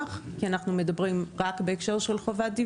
או מעבירה את זה לפרקליטות שסוגרת את